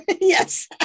Yes